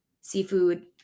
seafood